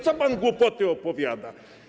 Co pan głupoty opowiada?